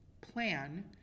plan